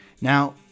Now